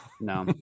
no